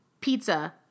pizza